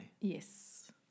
Yes